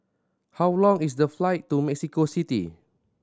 how long is the flight to Mexico City